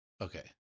Okay